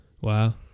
Wow